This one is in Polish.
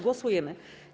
Głosujemy.